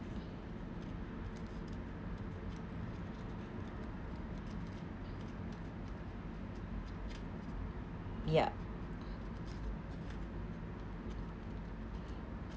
yup